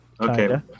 Okay